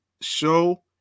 show